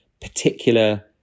particular